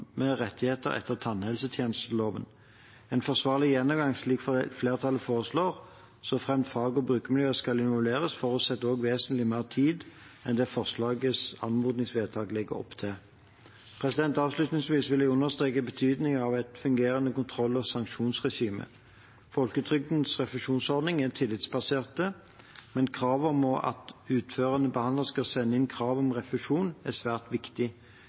med rettigheter etter tannhelsetjenesteloven. En forsvarlig gjennomgang slik flertallet foreslår, såfremt fag- og brukermiljøer skal involveres, forutsetter også vesentlig mer tid enn det forslaget til anmodningsvedtak legger opp til. Avslutningsvis vil jeg understreke betydningen av et fungerende kontroll- og sanksjonsregime. Folketrygdens refusjonsordninger er tillitsbaserte, men kravet om at utførende behandler skal sende inn krav om refusjon, er svært viktig.